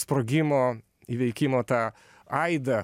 sprogimo įveikimo tą aidą